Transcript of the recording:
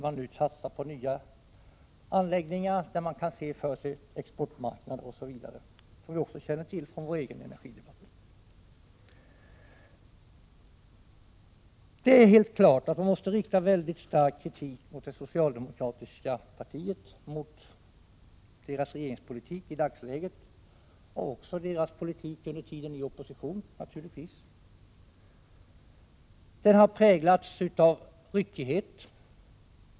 Man vill satsa på nya anläggningar där man kan se exportmarknader osv. Allt detta känner vi också till. Vi måste rikta stark kritik mot det socialdemokratiska partiets regeringspolitik i dagsläget, men också mot dess politik i opposition. Den har präglats av ryckighet.